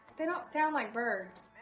they don't sound like birds.